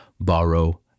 borrow